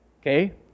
Okay